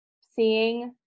seeing